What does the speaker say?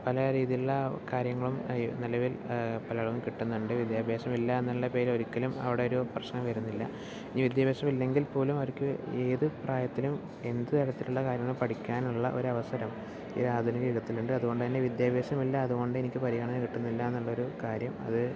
പല രീതിലുള്ള കാര്യങ്ങളും നിലവിൽ പല ആളുകൾക്കും കിട്ടുന്നുണ്ട് വിദ്യാഭ്യാസം ഇല്ല എന്നുള്ള പേരിൽ ഒരിക്കലും അവിടെ ഒരു പ്രശ്നം വരുന്നില്ല ഇനി വിദ്യഭ്യാസം ഇല്ലെങ്കിൽ പോലും അവർക്ക് ഏത് പ്രായത്തിലും എന്തു തരത്തിലുള്ള കാര്യങ്ങൾ പഠിക്കാനുള്ള ഒരവസരം ഈ ആധുനിക യുഗത്തിലുണ്ട് അതുകൊണ്ടു തന്നെ വിദ്യഭ്യാസമില്ല അതുകൊണ്ട് എനിക്ക് പരിഗണ കിട്ടുന്നില്ല എന്നുള്ള ഒരു കാര്യം അത്